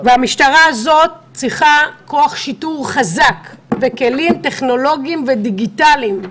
המשטרה הזאת צריכה כוח שיטור חזק וכלים טכנולוגיים ודיגיטליים.